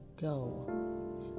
go